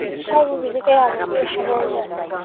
ꯍꯋꯥꯏ ꯃꯨꯕꯤꯁꯦ ꯀꯌꯥꯃꯨꯛꯀꯤ ꯍꯥꯞꯄꯛꯎꯒꯦ